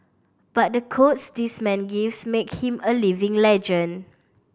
but the quotes this man gives make him a living legend